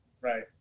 Right